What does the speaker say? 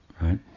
right